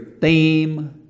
theme